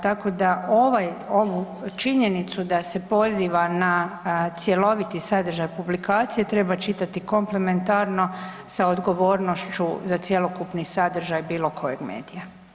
Tako da ovaj, ovu činjenicu da se poziva na cjeloviti sadržaj publikacije, treba čitati komplementarno sa odgovornošću za cjelokupni sadržaj bilo kojeg medija.